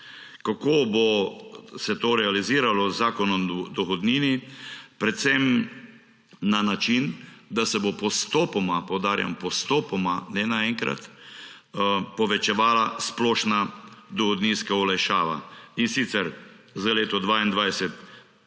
kako bo se to realiziralo z Zakonom o dohodnini, predvsem na način, da se bo postopoma – poudarjam, postopoma, ne naenkrat – povečevala splošna dohodninska olajšava, in sicer za leto 2022